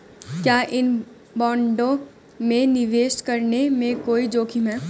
क्या इन बॉन्डों में निवेश करने में कोई जोखिम है?